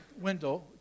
window